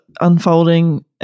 unfolding